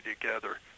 together